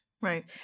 Right